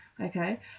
Okay